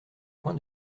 coin